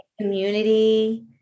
community